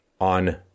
on